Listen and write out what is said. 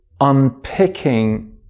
unpicking